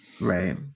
right